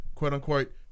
quote-unquote